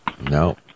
No